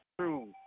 true